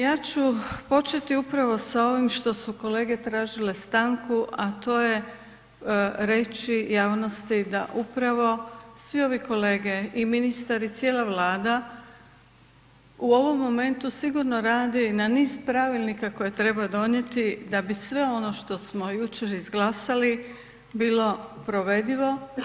Ja ću početi upravo s ovim što su kolege tražile stanku, a to je reći javnosti da upravo svi ovi kolege i ministar i cijela Vlada u ovom momentu sigurno radi na niz pravilnika koje treba donijeti da bi sve ono što smo jučer izglasali bilo provedivo.